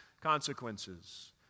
consequences